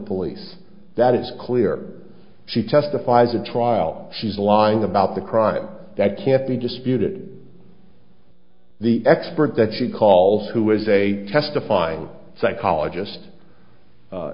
police that it's clear she testifies in trial she's lying about the crime that can't be disputed the expert that she calls who is a testifying psychologist